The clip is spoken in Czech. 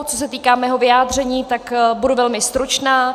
Co se týká mého vyjádření, budu velmi stručná.